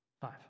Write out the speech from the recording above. Five